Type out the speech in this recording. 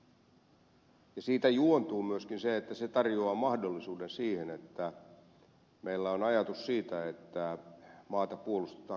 ja siitä juontuu myöskin se että se tarjoaa mahdollisuuden siihen että meillä on ajatus siitä että maata puolustetaan kokonaisuudessaan